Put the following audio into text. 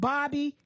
Bobby